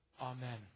Amen